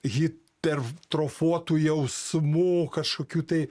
hipertrofuotų jausmų kažkokių tai